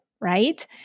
right